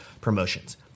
promotions